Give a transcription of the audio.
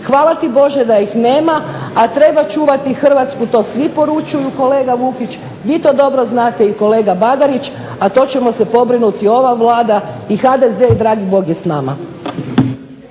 Hvala ti Bože da ih nema a treba čuvati Hrvatsku to svi poručuju kolega Vukić, vi to dobro znate kolega Bagarić, a to ćemo se pobrinuti ova Vlada i HDZ i dragi Bog je s nama.